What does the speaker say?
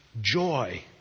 joy